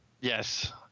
Yes